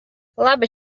labi